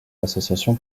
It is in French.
l’association